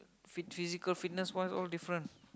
fit~ physical fitness wise all different